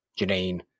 Janine